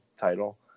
title